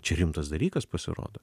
čia rimtas dalykas pasirodo